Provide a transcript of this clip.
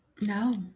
No